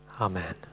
Amen